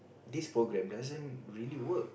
this program doesn't really work